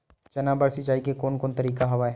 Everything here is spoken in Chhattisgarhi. चना बर सिंचाई के कोन कोन तरीका हवय?